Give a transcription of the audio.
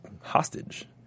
hostage